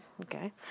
Okay